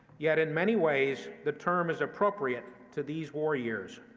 yet in many ways the term is appropriate to these war years.